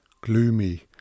gloomy